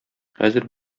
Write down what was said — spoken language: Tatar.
хәзер